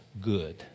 good